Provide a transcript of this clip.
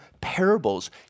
parables